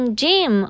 gym